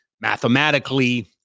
mathematically